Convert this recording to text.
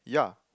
yeah